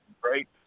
great